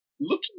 looking